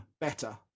better